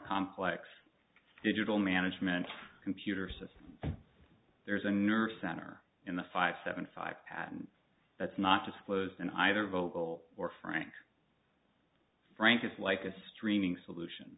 complex digital management computer system there is a nerve center in the five seven five patent that's not disclosed in either vocal or frank frank it's like a streaming solution